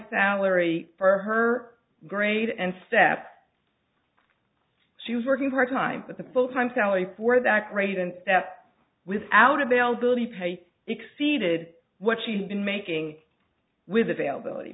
salary for her grade and step she was working part time but the full time salary for that grade and that without availability pay exceeded what she'd been making with availability